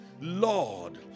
Lord